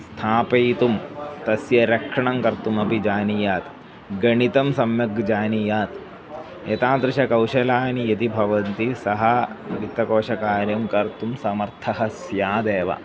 स्थापयितुं तस्य रक्षणं कर्तुमपि जानीयात् गणितं सम्यक् जानीयात् एतादृश कौशलानि यदि भवन्ति सः वित्तकोषकार्यं कर्तुं समर्थः स्यादेव